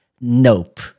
Nope